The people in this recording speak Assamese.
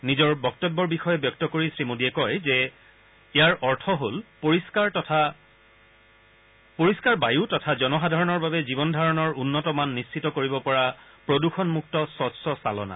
নিজৰ বক্তব্যৰ বিষয়ে ব্যক্ত কৰি শ্ৰীমোডীয়ে কয় যে ইয়াৰ অৰ্থ হ'ল পৰিষ্কাৰ বায়ু তথা জনসাধাৰণৰ বাবে জীৱন ধাৰণৰ উন্নত মান নিশ্চিত কৰিব পৰা প্ৰদূষণমুক্ত স্বছ্ চালনা